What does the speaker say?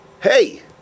hey